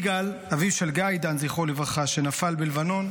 יגאל, אביו של גיא עידן, זכרו לברכה, שנפל בלבנון,